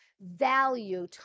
value